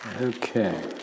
Okay